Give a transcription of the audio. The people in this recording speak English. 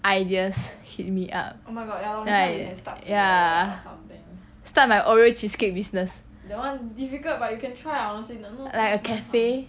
ideas hit me up right ya start like oreo cheesecake business like a cafe